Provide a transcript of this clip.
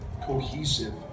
cohesive